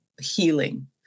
healing